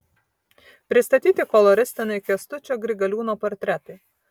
pristatyti koloristiniai kęstučio grigaliūno portretai